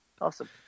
Awesome